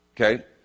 Okay